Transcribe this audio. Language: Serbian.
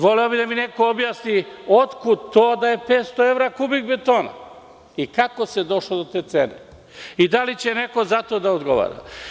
Voleo bih da mi neko objasni otkud to da je 500 evra kubik betona i kako se došlo do te cene i da li će neko za to da odgovara?